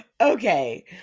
okay